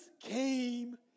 came